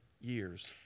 years